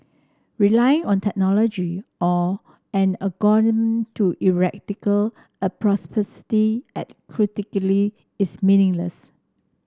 relying on technology or an to a propensity at credulity is meaningless